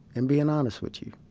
and being honest with you.